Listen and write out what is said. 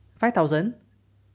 five thousand